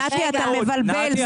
נתי, אתה מבלבל.